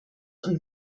und